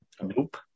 Nope